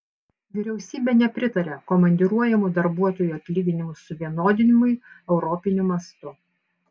vyriausybė nepritaria komandiruojamų darbuotojų atlyginimų suvienodinimui europiniu mastu